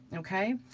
okay?